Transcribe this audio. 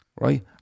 right